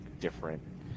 different